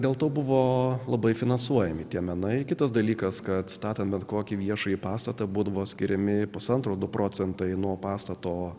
dėl to buvo labai finansuojami tie menai kitas dalykas kad statant bet kokį viešąjį pastatą būdavo skiriami pusantro du procentai nuo pastato